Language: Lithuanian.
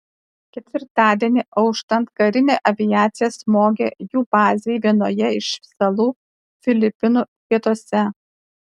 ketvirtadienį auštant karinė aviacija smogė jų bazei vienoje iš salų filipinų pietuose